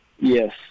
Yes